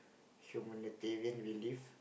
humanitarian relief